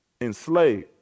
Enslaved